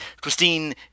Christine